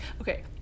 okay